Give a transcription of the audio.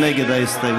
מי נגד ההסתייגות?